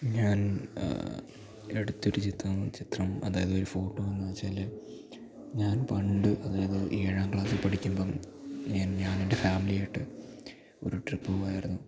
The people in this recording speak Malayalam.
ഞാൻ എടുത്തൊരു ചിത്രം ചിത്രം അതായത് ഒരു ഫോട്ടോ എന്നു വെച്ചാൽ ഞാൻ പണ്ട് അതായത് ഏഴാം ക്ലാസ്സിൽ പഠിക്കുമ്പം ഞാൻ ഞാനെൻ്റെ ഫാമിലിയുമായിട്ട് ഒരു ട്രിപ്പ് പോവുകയായിരുന്നു